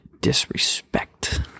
disrespect